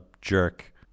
jerk